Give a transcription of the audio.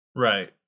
Right